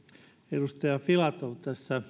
edustaja filatov